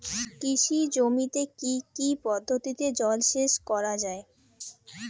কৃষি জমিতে কি কি পদ্ধতিতে জলসেচ করা য়ায়?